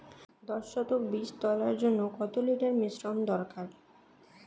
দশ শতক বীজ তলার জন্য কত লিটার মিশ্রন দরকার?